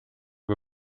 või